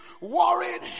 worried